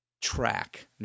track